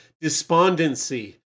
despondency